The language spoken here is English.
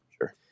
Sure